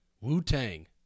Wu-Tang